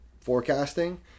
forecasting